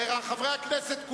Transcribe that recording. חברי הכנסת,